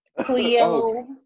Cleo